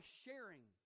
sharing